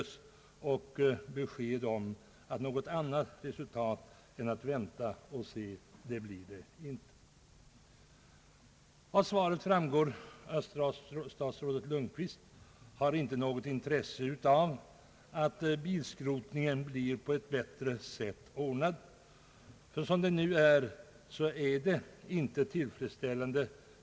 Det svar jag fått ger besked om att min interpellation inte får något annat resultat än att man måste vänta och se. Av svaret framgår att statsrådet Lundkvist inte har något intresse av att bilskrotningen blir ordnad på ett bättre sätt. De nuvarande förhållandena är inte tillfredsställande.